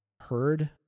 heard